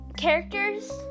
Characters